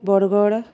Bargarh